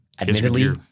Admittedly